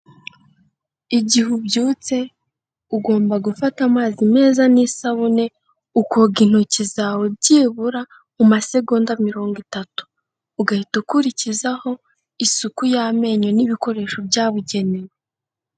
Igihe ubyutse ugomba gufata amazi meza n'isabune, ukoga intoki zawe byibura mu masegonda mirongo itatu. Ugahita ukurikizaho isuku y'amenyo n'ibikoresho byabugenewe.